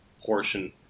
portion